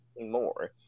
More